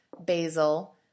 basil